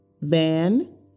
Van